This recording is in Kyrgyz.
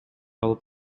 алып